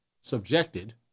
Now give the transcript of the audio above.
subjected